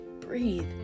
breathe